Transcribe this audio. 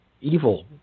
Evil